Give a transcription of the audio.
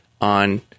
on